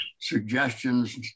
suggestions